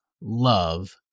love